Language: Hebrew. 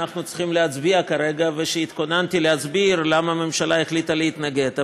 צריכים להצביע כרגע ושהתכוננתי להסביר למה הממשלה החליטה להתנגד לה.